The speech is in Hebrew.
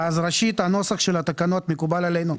ראשית, הנוסח של התקנות מקובל עלינו.